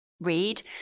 read